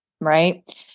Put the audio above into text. right